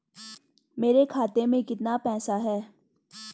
मेरे खाते में कितना पैसा है?